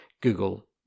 google